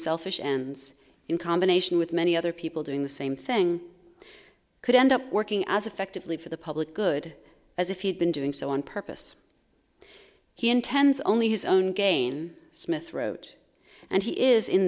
selfish ends in combination with many other people doing the same thing could end up working as effectively for the public good as if he'd been doing so on purpose he intends only his own gain smith wrote and he is in